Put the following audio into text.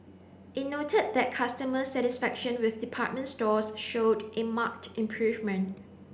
it noted that customer satisfaction with department stores showed a marked improvement